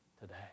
today